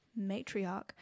Matriarch